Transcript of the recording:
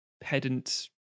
pedant